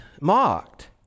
mocked